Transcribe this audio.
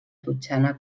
totxana